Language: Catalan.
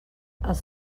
els